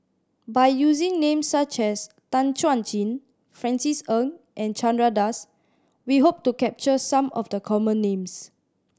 by using names such as Tan Chuan Jin Francis Ng and Chandra Das we hope to capture some of the common names